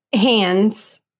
hands